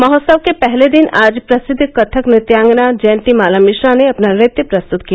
महोत्सव के पहले दिन आज प्रसिद्द कथक नृत्यांगना जयंती माला मिश्रा ने अपना नृत्य प्रस्तुत किया